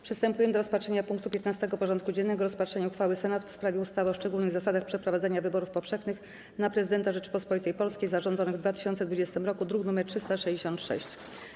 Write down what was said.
Przystępujemy do rozpatrzenia punktu 15. porządku dziennego: Rozpatrzenie uchwały Senatu w sprawie ustawy o szczególnych zasadach przeprowadzania wyborów powszechnych na Prezydenta Rzeczypospolitej Polskiej zarządzonych w 2020 r. (druk nr 366)